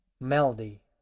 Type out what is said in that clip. melody